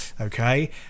okay